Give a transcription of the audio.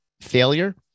failure